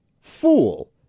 fool